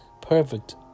perfect